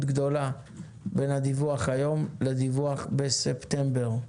גדולה בין הדיווח היום לדיווח בספטמבר.